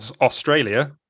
Australia